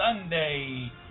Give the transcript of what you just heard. Sunday